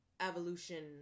evolution